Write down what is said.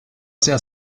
sehr